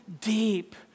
deep